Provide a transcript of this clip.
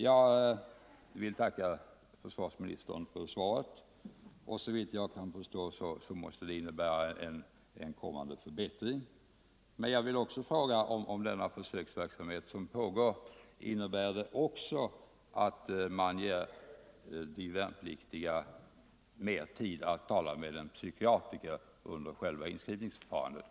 Jag vill tacka försvarsministern för svaret, och såvitt jag kan förstå måste det innebära en kommande förbättring. Men jag vill fråga om den försöksverksamhet som pågår också innebär att man ger de värnpliktiga mer tid att tala med psykiatriker under själva inskrivningsförfarandet.